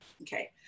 Okay